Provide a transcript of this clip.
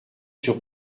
sur